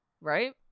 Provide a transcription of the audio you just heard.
Right